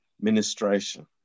ministration